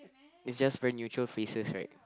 it's just very neutral faces right